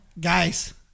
guys